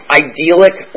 idyllic